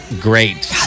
great